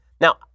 Now